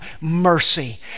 mercy